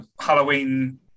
Halloween